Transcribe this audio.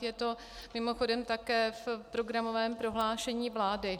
Je to mimochodem také v programovém prohlášení vlády.